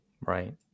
right